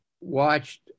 watched